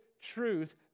truth